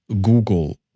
Google